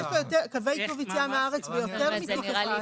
יש לו צווי עיכוב יציאה מהארץ ביותר מתיק אחד.